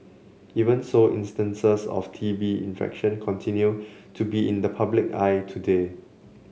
even so instances of T B infection continue to be in the public eye today